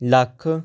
lakh